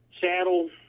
saddle